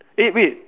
eh wait